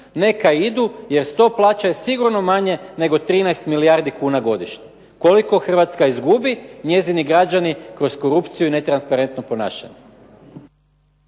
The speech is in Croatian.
neka idu jer sto plaća je sigurno manje nego 13 milijardi kuna godišnje koliko Hrvatska izgubi, njezini građani kroz korupciju i netransparentno ponašanje.